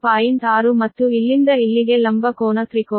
6 ಮತ್ತು ಇಲ್ಲಿಂದ ಇಲ್ಲಿಗೆ ಲಂಬ ಕೋನ ತ್ರಿಕೋನ